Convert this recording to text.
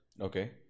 Okay